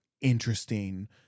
interesting